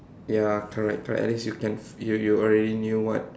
ya correct correct at least you can you you already knew what